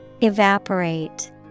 Evaporate